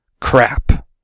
Crap